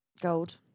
Gold